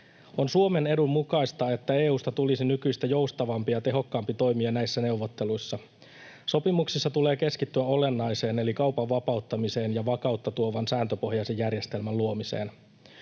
On Suomen edun mukaista, että EU:sta tulisi nykyistä joustavampi ja tehokkaampi toimija näissä neuvotteluissa. Sopimuksissa tulee keskittyä olennaiseen eli kaupan vapauttamiseen ja vakautta tuovan sääntöpohjaisen järjestelmän luomiseen.